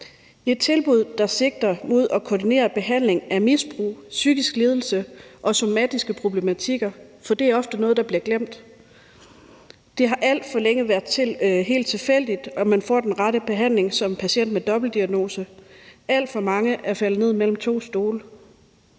et tilbud, der sigter mod at koordinere behandlingen af misbrug, psykisk lidelse og somatiske problematikker, for det er ofte noget, der bliver glemt. Det har alt for længe været helt tilfældigt, om man får den rette behandling som patient med en dobbeltdiagnose. Alt for mange er faldet ned mellem to stole.